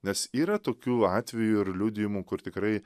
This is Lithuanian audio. nes yra tokių atvejų ir liudijimų kur tikrai